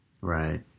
Right